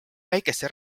väikeste